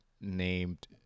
named